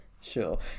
sure